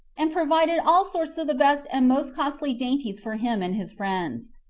and provided all sorts of the best and most costly dainties for him and his friends,